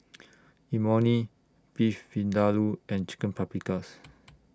Imoni Beef Vindaloo and Chicken Paprikas